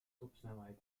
topsnelheid